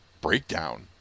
breakdown